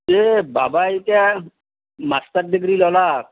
এ বাবাই এতিয়া master degree ললাক